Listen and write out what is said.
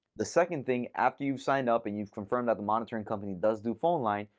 the second thing after you've signed up and you've confirmed that the monitoring company does do phone line,